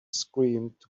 screamed